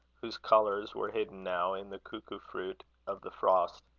whose colours were hidden now in the cuckoo-fruit of the frost.